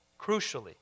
crucially